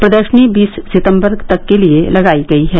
प्रदर्शनी बीस सितम्बर तक के लिये लगायी गयी है